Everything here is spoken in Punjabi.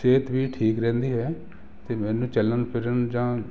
ਸਿਹਤ ਵੀ ਠੀਕ ਰਹਿੰਦੀ ਹੈ ਅਤੇ ਮੈਨੂੰ ਚੱਲਣ ਫਿਰਨ ਜਾਂ